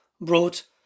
brought